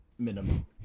minimum